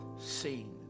seen